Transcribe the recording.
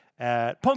Punk